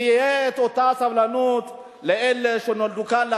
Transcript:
אם תהיה אותה סבלנות לאלה שנולדו כאן.